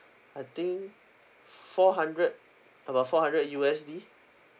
I think four hundred about four hundred U_S_D